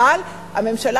אבל הממשלה,